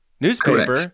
Newspaper